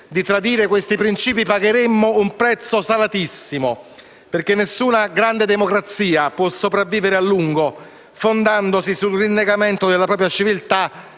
di tradire questi principi, pagheremmo un prezzo salatissimo, perché nessuna grande democrazia può sopravvivere a lungo fondandosi sul rinnegamento della propria civiltà